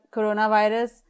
Coronavirus